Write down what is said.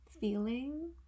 feeling